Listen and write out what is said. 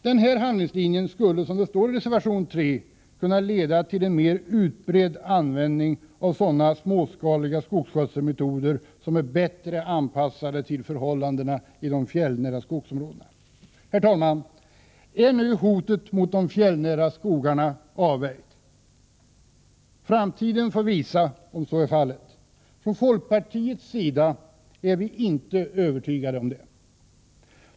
Den här handlingslinjen skulle, som det står i reservation 3, kunna leda till en mer utbredd användning av sådana småskaliga skogsskötselmetoder som är bättre anpassade till förhållandena i de fjällnära skogsområdena. Herr talman! Är nu hotet mot de fjällnära skogarna avvärjt? Framtiden får visa om så är fallet. Från folkpartiets sida är vi inte övertygade om detta.